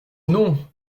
non